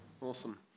Awesome